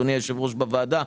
אדוני היושב ראש,